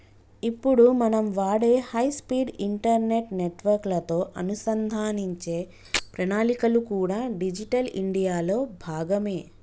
ఇప్పుడు మనం వాడే హై స్పీడ్ ఇంటర్నెట్ నెట్వర్క్ లతో అనుసంధానించే ప్రణాళికలు కూడా డిజిటల్ ఇండియా లో భాగమే